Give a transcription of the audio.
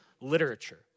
literature